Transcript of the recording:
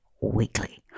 weekly